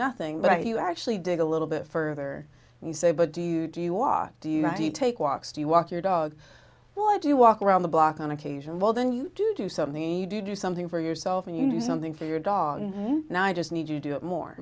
nothing but you actually dig a little bit further and you say but do you do you walk do you do you take walks do you walk your dog well i do you walk around the block on occasion well then you do something you do do something for yourself and you do something for your dog and i just need you do it more